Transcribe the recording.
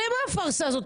למה הפארסה הזאת?